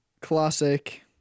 Classic